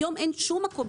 היום אין שום מקום,